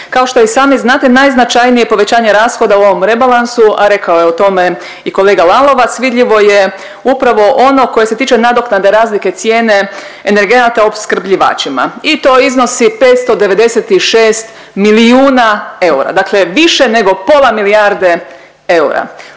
kao što i sami znate najznačajnije povećanje rashoda u ovom rebalansu, a rekao je o tome i kolega Lalovac, vidljivo je upravo ono koje se tiče nadoknade razlike cijene energenata opskrbljivačima i to iznosi 596 milijuna eura, dakle više nego pola milijarde eura.